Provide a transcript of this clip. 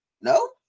no